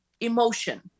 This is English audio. Emotion